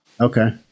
Okay